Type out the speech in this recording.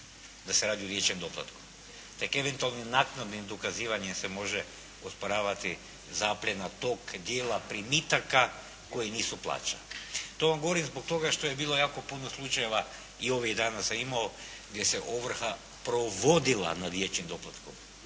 da se radi o dječjem doplatku. Tek eventualnim naknadnim dokazivanjem se može osporavati zapljena tog dijela primitaka koji nisu plaća. To vam govorim zbog toga što je bilo jako puno slučajeva i ovih dana sam imao, gdje se ovrha provodila na dječjem doplatku,